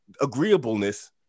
agreeableness